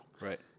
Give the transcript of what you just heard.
Right